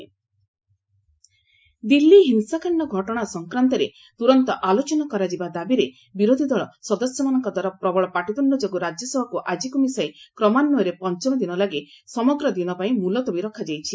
RS adjourned Delhi ହିଂସାକାଣ୍ଡ ଘଟଣା ସଂକ୍ରାନ୍ତରେ ତୁରନ୍ତ ଆଲୋଚନା କରାଯିବା ଦାବିରେ ବିରୋଧୀ ଦଳ ସଦସ୍ୟମାନଙ୍କଦ୍ୱାରା ପ୍ରବଳ ପାଟିତୃଣ୍ଣ ଯୋଗୁଁ ରାଜ୍ୟସଭାକୁ ଆଜିକୁ ମିଶାଇ କ୍ରମାନ୍ୱୟରେ ପଞ୍ଚମ ଦିନ ଲାଗି ସମଗ୍ର ଦିନପାଇଁ ମୁଲତବୀ ରଖାଯାଇଛି